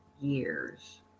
years